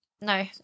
no